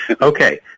Okay